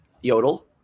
Yodel